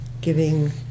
giving